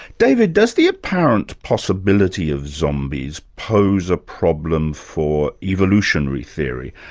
david, does the apparent possibility of zombies pose a problem for evolutionary theory?